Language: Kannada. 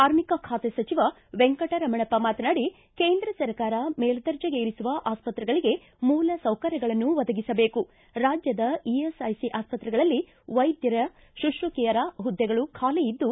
ಕಾರ್ಮಿಕ ಖಾತೆ ಸಚಿವ ವೆಂಕಟರಮಣಪ್ಪ ಮಾತನಾಡಿ ಕೇಂದ್ರ ಸರ್ಕಾರ ಮೇಲ್ದರ್ಣಿಗೆ ಏರಿಸುವ ಆಸ್ತತ್ರೆಗಳಗೆ ಮೂಲ ಸೌಕರ್ಯಗಳನ್ನು ಒದಗಿಸಬೇಕು ರಾಜ್ಯದ ಇಎಸ್ಐಸಿ ಆಸ್ಪತ್ರೆಗಳಲ್ಲಿ ವೈದ್ಯರ ಶುಶ್ರೂಷಕಿಯರ ಹುದ್ಲೆಗಳು ಖಾಲಿ ಇದ್ಲು